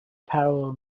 parallel